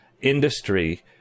industry